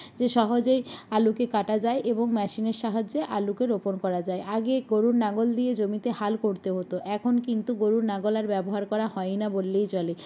যে সহজেই আলুকে কাটা যায় এবং মেশিনের সাহায্যে আলুকে রোপণ করা যায় আগে গরুর লাঙল দিয়ে জমিতে হাল করতে হতো এখন কিন্তু গরুর লাঙল আর ব্যবহার করা হয় না বললেই চলে